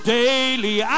daily